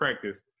practice